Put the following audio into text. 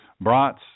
Brat's